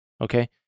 Okay